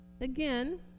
again